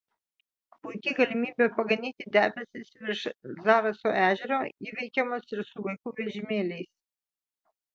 puiki galimybė paganyti debesis virš zaraso ežero įveikiamas ir su vaikų vežimėliais